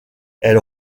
elle